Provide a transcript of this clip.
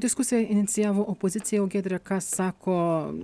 diskusiją inicijavo opozicija o giedre ką sako